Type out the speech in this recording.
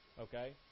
Okay